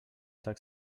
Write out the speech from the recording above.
tak